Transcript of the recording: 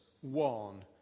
one